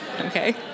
Okay